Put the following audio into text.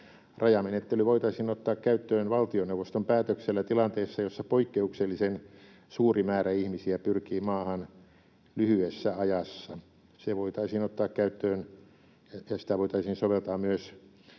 Rajamenettely voitaisiin ottaa käyttöön valtioneuvoston päätöksellä tilanteissa, joissa poikkeuksellisen suuri määrä ihmisiä pyrkii maahan lyhyessä ajassa. Se voitaisiin ottaa käyttöön ja sitä voitaisiin soveltaa myös